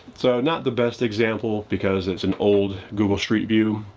so not the best example, because it's an old google street view.